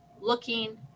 looking